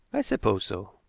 i suppose so.